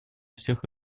всех